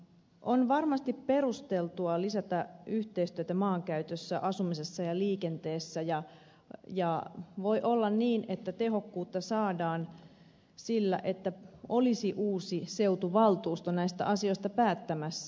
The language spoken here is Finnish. on varmasti perusteltua lisätä yhteistyötä maankäytössä asumisessa ja liikenteessä ja voi olla niin että tehokkuutta saadaan sillä että olisi uusi seutuvaltuusto näistä asioista päättämässä